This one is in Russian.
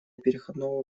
переходного